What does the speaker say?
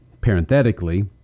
parenthetically